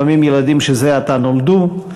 לפעמים ילדים שזה עתה נולדו,